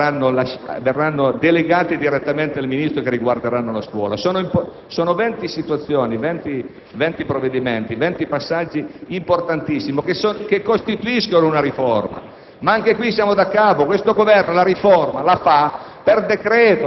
sono oltre venti i provvedimenti attuativi che verranno delegati direttamente al Ministro e che riguarderanno la scuola. Sono venti provvedimenti, venti passaggi importantissimi che costituiscono una riforma.